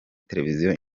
televiziyo